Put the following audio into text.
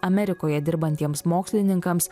amerikoje dirbantiems mokslininkams